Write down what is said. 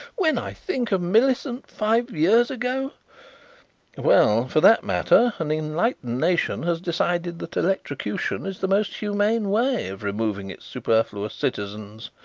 when i think of millicent five years ago well, for that matter, an enlightened nation has decided that electrocution is the most humane way of removing its superfluous citizens,